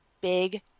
big